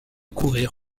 courir